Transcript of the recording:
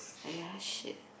!aiya! shit